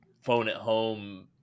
phone-at-home